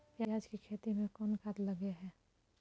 पियाज के खेती में कोन खाद लगे हैं?